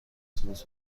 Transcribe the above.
اتوبوس